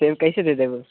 सेव कैसे दे देबू